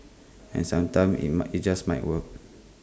and sometimes IT might IT just might work